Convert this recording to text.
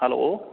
hello